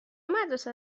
مدرسه